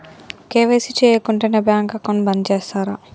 KYC చేయకుంటే నా bank account బంద్ చేస్తరా?